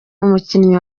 umukinnyi